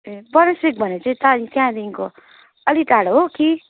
ए परिक्षित भनेपछि त्यहाँ त्यहाँदेखिको अलि टाढो हो कि